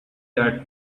that